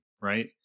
right